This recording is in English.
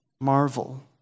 marvel